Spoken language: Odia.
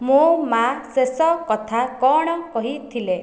ମୋ' ମା' ଶେଷ କଥା କ'ଣ କହିଥିଲେ